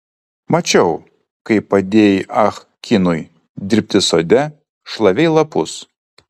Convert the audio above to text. mačiau kaip padėjai ah kinui dirbti sode šlavei lapus